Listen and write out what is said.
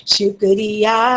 Shukriya